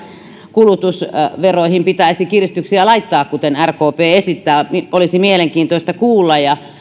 kulutusveroihin pitäisi kiristyksiä laittaa kuten rkp esittää olisi mielenkiintoista kuulla